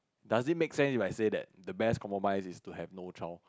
does it make sense if I said that the best compromise is to have no child